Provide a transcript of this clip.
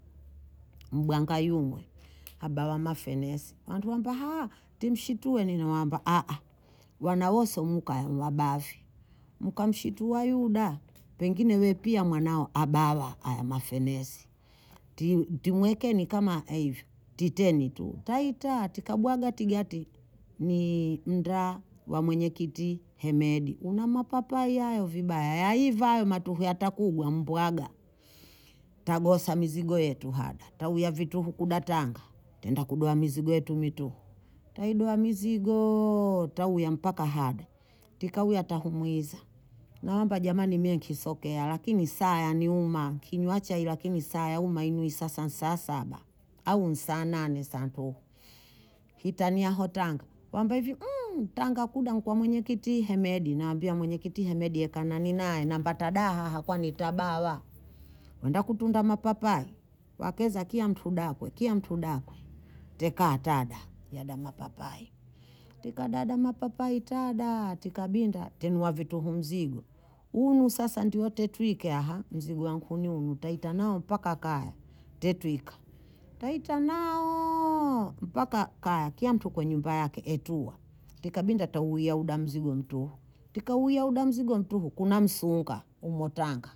Mbuangayumwe. Abawa mafenesi. Wanfu wamba, haa, timshituwe nina wamba. Haa, wanawoso muka ya mwabavi. Muka mshituwa yuda, pengine wepi ya mwanao abawa ya mafenesi. Ti- timweke ni kama hivi. Titeni tuu. Taita, tika bua gati gati. Ni mdra, wamwenye kiti, hemedi. Una mapapa yayo vibaya. Hivayo matuhu ya takugwa mbuaga. Tagosa mzigo yetu hada. Tau ya vituhu kudatanga. Tenda kuduwa mzigo yetu mituhu. Taiduwa mzigooo. Tau ya mpaka hada. Tika uya tahumuiza. Nawamba jamani miengisokea. Lakini saya ni uma. Kinyuachayi lakini saya. Uma inuisa sasa nsasaba. Au nsaanane santo. Titani ya hotanga. Wamba hivi. Tanga kuda mkwa mwenye kiti hemedi. Naambia mwenye kiti hemedi ya kana ninae. Nambata daha kwa nitabawa. Wenda kutunda mapapai. Wakeza kia mtundakwe. Kia mtundakwe. Teka hatada ya damapapai. Teka hatada mapapai. Teka binda tenuwa vituhu mzigo. Unu sasa ndiote twike aha. Mzigo wankuni unu. Taita nao paka kaya. Taita naoooo paka kaya. Kia mtu kwenye nyumba yake etuwa. Tika binda tauwea uda mzigo ntuhu. Tika uwea uda mzigo ntuhu. Kuna msunga. Umotanga.